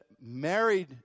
married